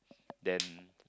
then